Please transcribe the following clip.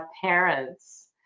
parents